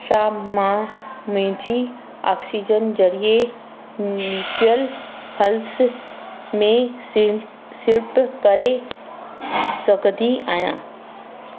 छा मां मुंहिंजी ऑक्सीजन ज़रिए म्यूचुअल फंड्स में सी सीड़प करे सघंदी आहियां